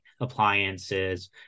appliances